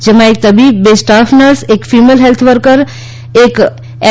જેમાં એક તબીબ બે સ્ટાફ નર્સ એક ફિમેલ હેલ્થ વર્કર એક એલ